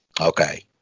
Okay